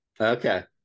okay